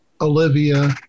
Olivia